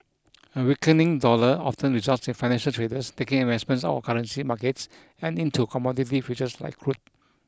a weakening dollar often results in financial traders taking investments out of currency markets and into commodity futures like crude